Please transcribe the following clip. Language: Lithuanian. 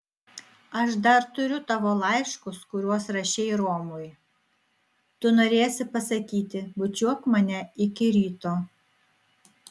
aš dar turiu tavo laiškus kuriuos rašei romui tu norėsi pasakyti bučiuok mane iki ryto